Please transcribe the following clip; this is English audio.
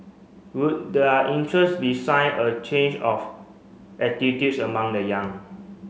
would their interest be sign of change of attitudes among the young